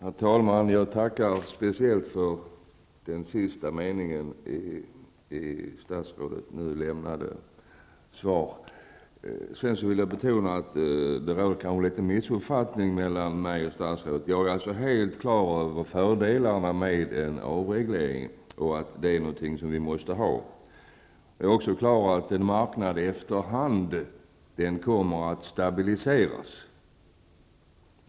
Herr talman! Jag tackar speciellt för den sista meningen i statsrådets nu lämnade svar. Sedan vill jag betona att det kanske råder litet missuppfattning mellan statsrådet och mig. Jag är helt klar över fördelarna med en avreglering och att det är någonting som vi måste ha. Jag är också klar över att marknaden stabiliseras efter hand.